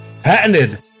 patented